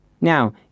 Now